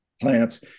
plants